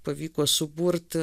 pavyko suburti